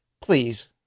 Please